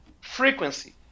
frequency